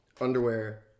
underwear